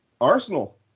Arsenal